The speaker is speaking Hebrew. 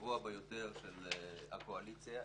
הגבוה ביותר של הקואליציה,